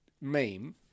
meme